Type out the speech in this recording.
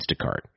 Instacart